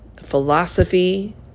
philosophy